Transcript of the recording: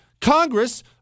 Congress